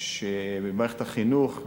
של מערכת החינוך,